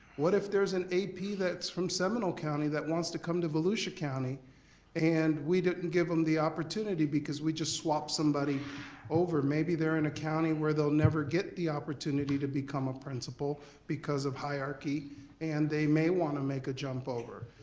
what if there's an ap that's from seminole county that wants to come to volusia county and we didn't give em the opportunity because we just swapped somebody over? maybe they're in a county where they'll never get the opportunity to become a principal because of hierarchy and they may wanna make a jump over.